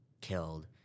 killed